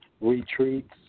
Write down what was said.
retreats